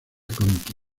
conti